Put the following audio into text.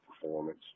performance